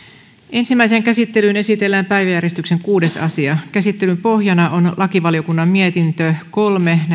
ensimmäiseen käsittelyyn esitellään päiväjärjestyksen kuudes asia käsittelyn pohjana on lakivaliokunnan mietintö kolme